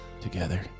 together